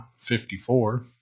54